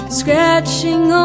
scratching